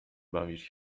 bawisz